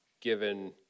given